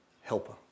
helper